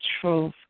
truth